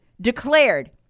Declared